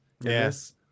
yes